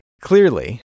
Clearly